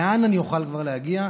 לאן אני אוכל כבר להגיע?